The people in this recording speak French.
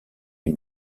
les